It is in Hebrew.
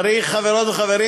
חברות וחברים,